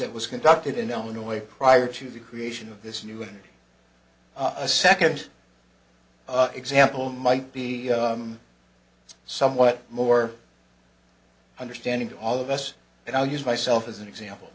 that was conducted in illinois prior to the creation of this new and a second example might be somewhat more understanding to all of us and i'll use myself as an example